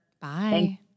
Bye